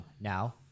Now